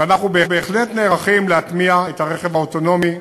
ואנחנו בהחלט נערכים להטמיע את הרכב האוטונומי,